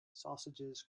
sausages